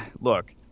look